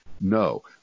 no